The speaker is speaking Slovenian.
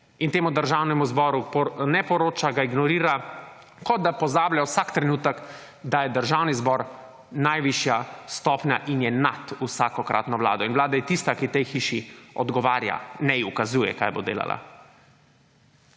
in temu državnemu zboru ne poroča, ga ignorira, kot da pozablja vsak trenutek, da je Državni zbor najvišja stopnja in je nad vsakokratno vlado. In vlada je tista, ki tej hiši odgovarja, ne ji ukazuje kaj bo delala.